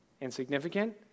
insignificant